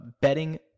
betting